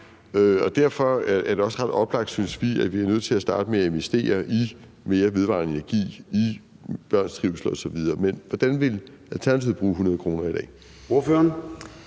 Derfor er det også ret oplagt, synes vi, at vi er nødt til at starte med at investere i mere vedvarende energi, i børns trivsel osv. Men hvordan vil Alternativet bruge 100 kr. i dag? Kl.